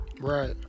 Right